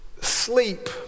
Sleep